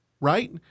Right